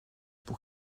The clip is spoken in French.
pour